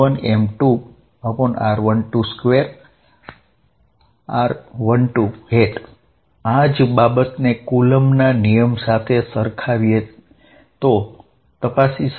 F G m1 m2r12 2 r12 આ જ બાબતને કુલમ્બના નિયમ સાથે સરખાવીને તપાસી શકાય